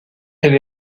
elle